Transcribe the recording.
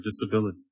disability